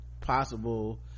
possible